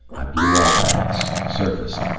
i blew all tanks, surfaced,